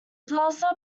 plaza